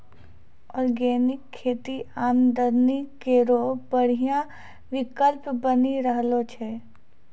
organic खेती आमदनी केरो बढ़िया विकल्प बनी रहलो छै